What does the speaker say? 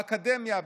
באקדמיה,